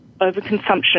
overconsumption